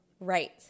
Right